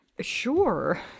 Sure